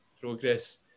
progress